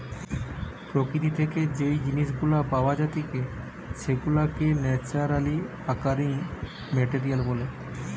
প্রকৃতি থেকে যেই জিনিস গুলা পাওয়া জাতিকে সেগুলাকে ন্যাচারালি অকারিং মেটেরিয়াল বলে